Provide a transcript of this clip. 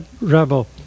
rebel